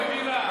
גברתי המזכירה,